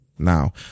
Now